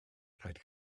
rhaid